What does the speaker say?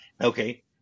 okay